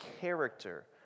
character